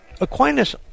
Aquinas